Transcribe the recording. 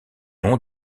nom